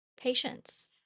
Patience